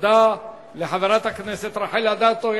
תודה לחברת הכנסת רחל אדטו.